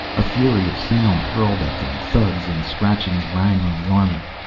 a fury of sound hurled at them, thuds and scratchings rang on the armor.